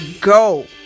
go